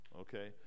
Okay